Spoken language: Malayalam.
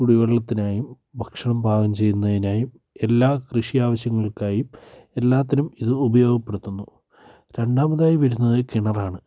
കുടിവെള്ളത്തിനായും ഭക്ഷണം പാകം ചെയ്യുന്നതിനായും എല്ലാ കൃഷി ആവശ്യങ്ങൾക്കായും എല്ലാത്തിനും ഇത് ഉപയോഗപ്പെടുത്തുന്നു രണ്ടാമതായി വരുന്നത് കിണർ ആണ്